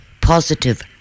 positive